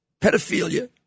pedophilia